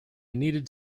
needed